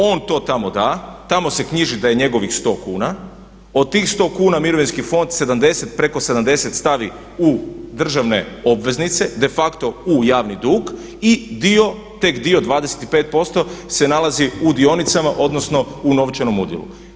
On to tamo da, tamo se knjiži da je njegovih 100 kuna, od tih 100 kuna mirovinski fond 70, preko 70 stavi u državne obveznice, de facto u javni dug i dio, tek dio 25% se nalazi u dionicama odnosno u novčanom udjelu.